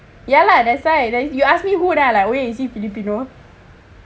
ya lah that's why you ask me who then I was like wait is he filipino